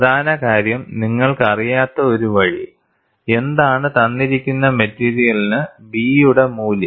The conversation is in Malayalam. പ്രധാന കാര്യം നിങ്ങൾക്കറിയാത്ത ഒരു വഴി എന്താണ് തന്നിരിക്കുന്ന മെറ്റീരിയലിന് B യുടെ മൂല്യം